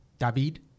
David